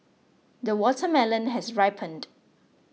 the watermelon has ripened